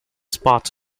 spot